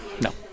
No